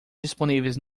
disponíveis